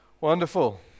Wonderful